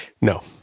No